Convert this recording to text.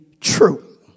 true